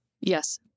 Yes